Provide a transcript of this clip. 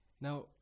Now